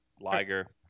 Liger